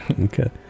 Okay